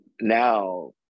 now